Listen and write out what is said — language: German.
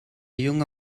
junge